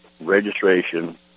registration